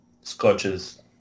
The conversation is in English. scotches